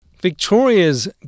Victoria's